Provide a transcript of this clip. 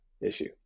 issue